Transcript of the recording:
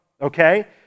okay